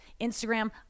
Instagram